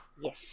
Yes